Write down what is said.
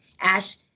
Ash